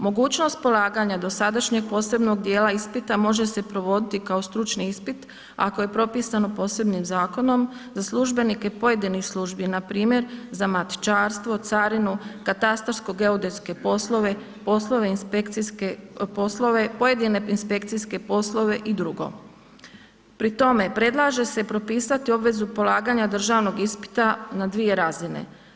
Mogućnost polaganja dosadašnjeg posebnog dijela ispita može se provoditi kao stručni ispit ako je propisano posebnim zakonom za službenike pojedinih službi npr. za matičarstvo, carinu, katastarsko geodetske poslove, poslove inspekcijske poslove, pojedine inspekcije poslove i dr. Pri tome predlaže se propisati i obvezu polaganja državnog ispita na dvije razine.